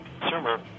consumer